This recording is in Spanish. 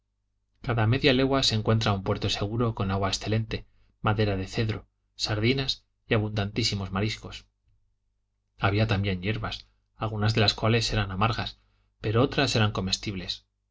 cada media leg ua se encuentra un puerto seguro con agua excelente madera de cedro sardinas y abundantísimos mariscos había también yerbas algunas de las cuales eran amargas pero otras eran comestibles